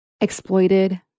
Exploited